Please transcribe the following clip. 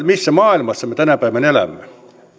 missä maailmassa me tänä päivänä elämme